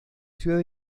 ciudad